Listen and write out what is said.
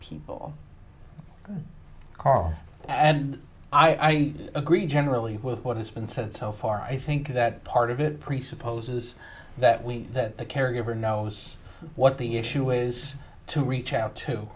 people carl and i agree generally with what has been said so far i think that part of it presupposes that we that the caregiver knows what the issue is to reach out to